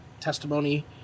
testimony